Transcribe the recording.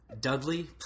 Dudley